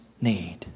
need